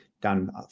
done